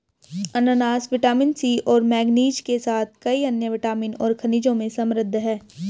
अनन्नास vitamin C और manganese के साथ कई अन्य विटामिन और खनिजों में समृद्ध हैं